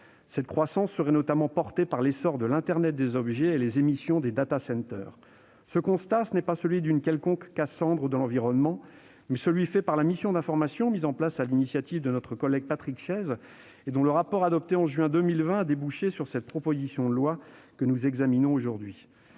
Cette croissance serait notamment portée par l'essor de l'internet des objets et les émissions des. Ce constat n'est pas celui d'une quelconque Cassandre de l'environnement, mais celui de la mission d'information mise en place sur l'initiative de notre collègue Patrick Chaize, et dont le rapport adopté en juin 2020 a débouché sur la proposition de loi que nous examinons aujourd'hui.